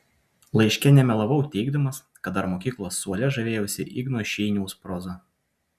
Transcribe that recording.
laiške nemelavau teigdamas kad dar mokyklos suole žavėjausi igno šeiniaus proza